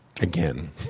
Again